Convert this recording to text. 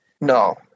No